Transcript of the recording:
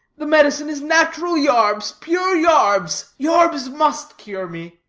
the medicine is nat'ral yarbs, pure yarbs yarbs must cure me.